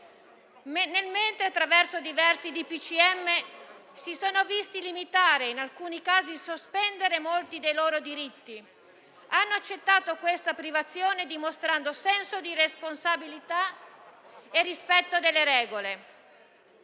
Nel mentre, attraverso diversi DPCM, si sono visti limitare e in alcuni casi sospendere molti dei loro diritti. Hanno accettato questa privazione, dimostrando senso di responsabilità e rispetto delle regole.